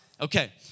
Okay